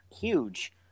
huge